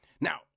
Now